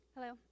Hello